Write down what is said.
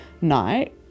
night